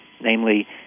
namely